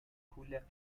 کوله